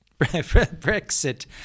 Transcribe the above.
Brexit